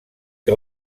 que